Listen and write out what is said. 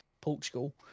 Portugal